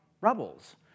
rebels